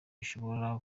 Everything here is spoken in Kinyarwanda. ishobora